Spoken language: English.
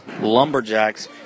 Lumberjacks